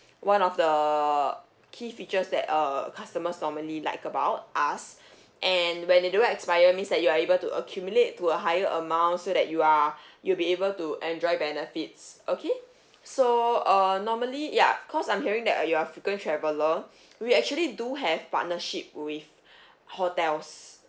one of the key features that err customers normally like about us and when they do not expire means that you are able to accumulate to a higher amount so that you are you'll be able to enjoy benefits okay so err normally ya cause I'm hearing that uh you are frequent traveller we actually do have partnership with hotels